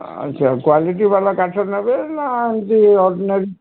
ଆଚ୍ଛା କ୍ଵାଲିଟି ବାଲା କାଠ ନେବେ ନା ଏମିତି ଅଡ଼ିନାରୀ